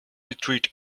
retreat